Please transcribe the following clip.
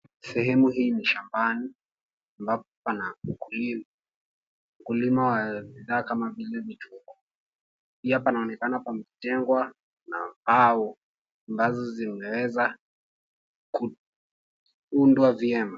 Sehemu hii ni shambani ambapo pana ukulima. Ukulima wa bidhaa kama vile vitunguu. Pia panaonekana pamejengwa na mbao ambazo zimeweza kuundwa vyema.